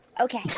Okay